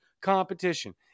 competition